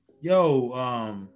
Yo